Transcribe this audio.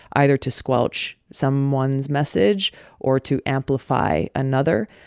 either to squelch someone's message or to amplify another.